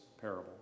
parable